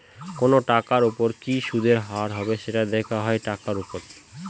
কোনো টাকার উপর কি সুদের হার হবে, সেটা দেখা হয় টাকার উপর